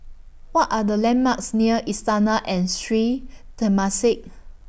What Are The landmarks near Istana and Sri Temasek